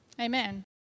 Amen